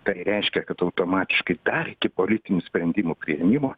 tai reiškia kad automatiškai dar iki politinių sprendimų priėmimo